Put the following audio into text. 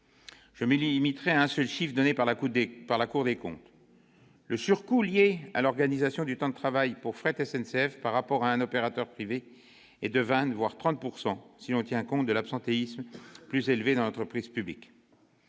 Je me limiterai à un seul chiffre donné par la Cour des comptes : le surcoût lié à l'organisation du temps de travail pour Fret SNCF par rapport à un opérateur privé est de 20 %, voire de 30 % si l'on tient compte du niveau plus élevé de l'absentéisme dans l'entreprise publique